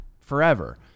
forever